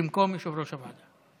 במקום יושב-ראש הוועדה.